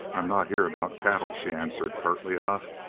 i'm not here about cattle, she answered curtly enough.